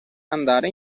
andare